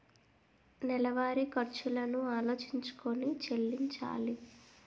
నెలవారి ఖర్చులను ఆలోచించుకొని చెల్లించాలి